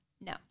No